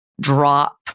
drop